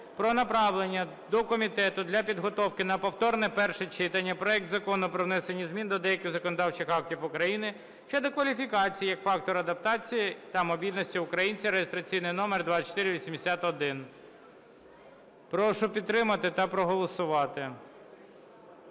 про направлення до комітету для підготовки на повторне перше читання проект Закону внесення змін до деяких законодавчих актів України щодо кваліфікації, як фактору адаптації та мобільності українця (реєстраційний номер 2481). Прошу підтримати та проголосувати.